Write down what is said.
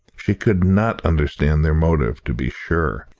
she could not understand their motive, to be sure,